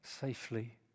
safely